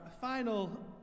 final